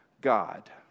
God